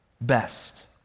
best